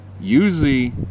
Usually